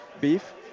beef